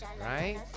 Right